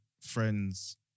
Friends